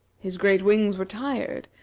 his great wings were tired,